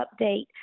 update